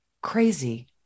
crazy